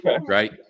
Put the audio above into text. Right